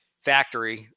factory